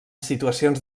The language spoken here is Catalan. situacions